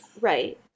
Right